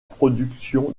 production